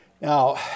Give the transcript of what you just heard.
Now